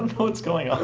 what's going on.